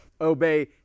obey